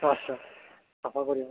आसा साफागुरियाव